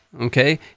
okay